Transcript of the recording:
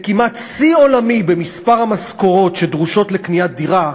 לכמעט שיא עולמי במספר המשכורות שדרושות לקניית דירה,